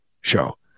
show